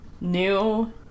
new